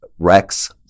Rex